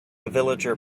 villager